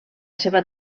seva